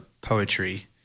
poetry